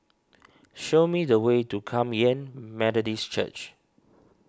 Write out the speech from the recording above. show me the way to Kum Yan Methodist Church